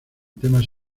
temas